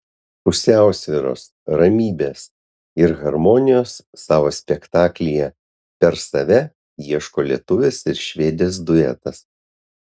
pusiausvyros ramybės ir harmonijos savo spektaklyje per save ieško lietuvės ir švedės duetas